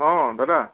অঁ দাদা